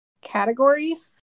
categories